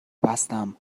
بستم